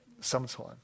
sometime